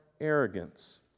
arrogance